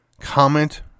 comment